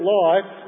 life